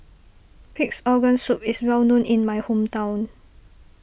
Pig's Organ Soup is well known in my hometown